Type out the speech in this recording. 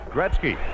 Gretzky